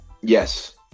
yes